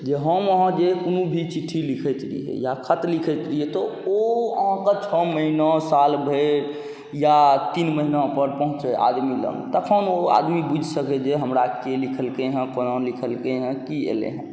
जे हम अहाँ जे कोनो भी चिट्ठी लिखैत रहिए या खत लिखैत रहिए तऽ ओ अहाँके छओ महिना सालभरि या तीन महिनापर पहुँचै आदमीलग तखन ओ आदमी बुझि सकै जे हमरा के लिखलकै कोना लिखलकै हँ कि अएलै हँ